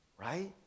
right